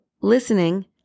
Listening